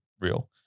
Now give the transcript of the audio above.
real